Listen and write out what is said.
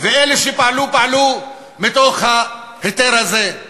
ואלה שפעלו, פעלו מתוך ההיתר הזה.